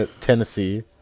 Tennessee